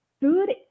food